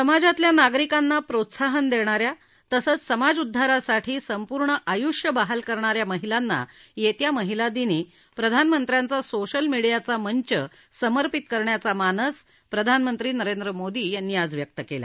समाजातल्या नागरिकांना प्रोत्साहन देणा या तसंच समाजउद्वारासाठी संपूर्ण आयुष्य बहाल करणा या महिलांना येत्या महिलादिनी प्रधानमंत्र्यांचा सोशल मीडियाचा मंच समर्पित करण्याचा मानस प्रधानमंत्री नरेंद्र मोदी यांनी आज व्यक्त केला